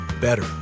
better